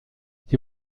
sie